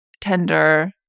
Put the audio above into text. Tender